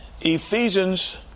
Ephesians